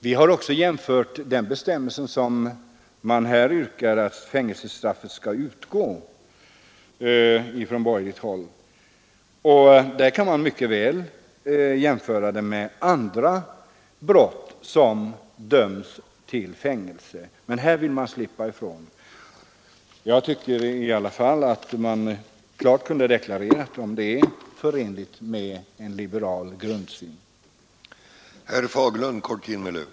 Vi har jämfört det som här avses från borgerligt håll med andra brott, där fängelsestraff utdöms. Det går mycket väl att göra en sådan jämförelse. Men jag tycker i alla fall att man klart kunde ha deklarerat om det är förenligt med en liberal grundsyn och inte försökt slippa ifrån detta.